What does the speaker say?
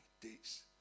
days